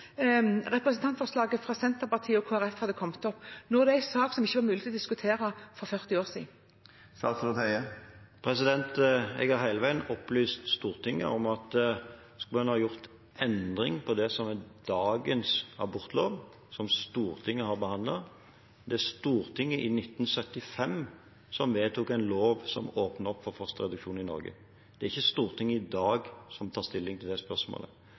representantforslaget fra Senterpartiet og Kristelig Folkeparti hadde kommet opp – når dette er en sak det ikke var mulig å diskutere for 40 år siden? Jeg har hele veien opplyst Stortinget om at skulle en gjort endring på det som er dagens abortlov, som Stortinget har behandlet – det var Stortinget i 1975 som vedtok en lov som åpnet opp for fosterreduksjon i Norge, det er ikke Stortinget i dag som tar stilling til det spørsmålet.